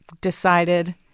decided